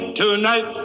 tonight